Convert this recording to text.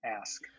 ask